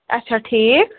اَچھا ٹھیٖک